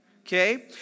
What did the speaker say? Okay